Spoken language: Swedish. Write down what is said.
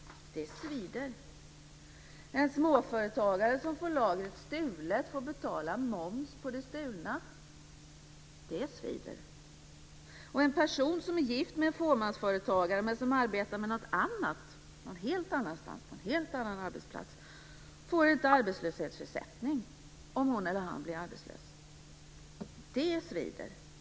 Det svider. En småföretagare som får lagret stulet får betala moms på det stulna. Det svider. En person som är gift med en fåmansföretagare, men som arbetar med något annat på en helt annan arbetsplats, får inte arbetslöshetsersättning om hon eller han blir arbetslös. Det svider.